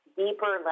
deeper